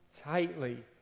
tightly